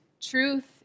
truth